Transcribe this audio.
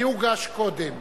של מי הוגש קודם?